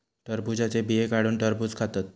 टरबुजाचे बिये काढुन टरबुज खातत